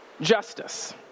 justice